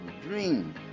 dream